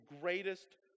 greatest